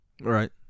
Right